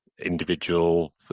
individual